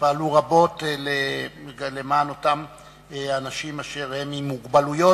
שפעלו רבות למען אנשים עם מוגבלות,